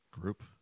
group